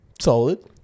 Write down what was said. Solid